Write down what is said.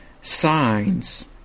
signs